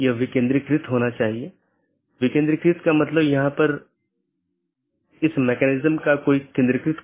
यह पूरे मेश की आवश्यकता को हटा देता है और प्रबंधन क्षमता को कम कर देता है